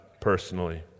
personally